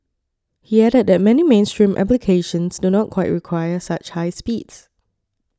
he added that many mainstream applications do not quite require such high speeds